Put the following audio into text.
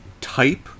type